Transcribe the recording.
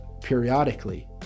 periodically